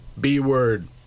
b-word